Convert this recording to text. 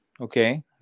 Okay